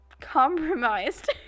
compromised